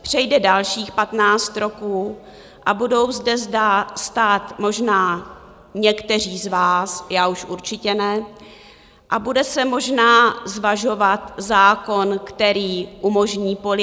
Přejde dalších patnáct roků a budou zde stát možná někteří z vás, já už určitě ne, a bude se možná zvažovat zákon, který umožní polyamorii.